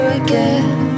again